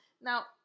Now